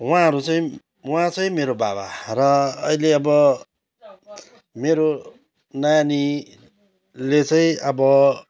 उहाँहरू चाहिँ उहाँ चाहिँ मेरो बाबा र अहिले अब मेरो नानीले चाहिँ अब